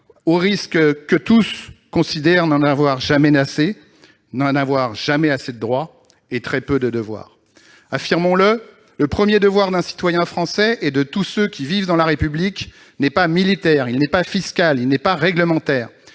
au risque que tous considèrent n'en avoir jamais assez, n'avoir jamais assez de droits et très peu de devoirs. Affirmons-le, le premier devoir d'un citoyen français et de tous ceux qui vivent dans la République n'est pas militaire, il n'est pas fiscal, il n'est pas réglementaire.